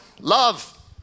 Love